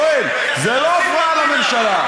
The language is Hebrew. יואל, זה לא הפרעה לממשלה.